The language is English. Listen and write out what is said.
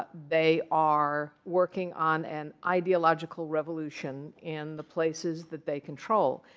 they are working on an ideological revolution in the places that they control.